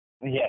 Yes